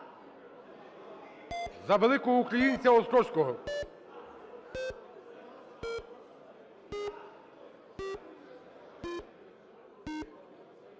За великого українця Острозького.